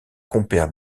compères